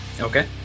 Okay